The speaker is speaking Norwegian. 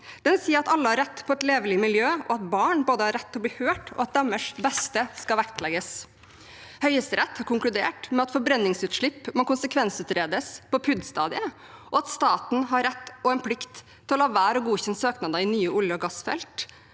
Den sier at alle har rett på et levelig miljø, og at barn både har rett til å bli hørt og til at deres beste skal vektlegges. Høyesterett har konkludert med at forbren ningsutslipp må konsekvensutredes på PUD-stadiet, og at staten har rett og plikt til å la være å godkjenne søknader i nye olje- og gassfelt